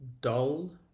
dull